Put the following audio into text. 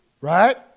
Right